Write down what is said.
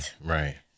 Right